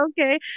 Okay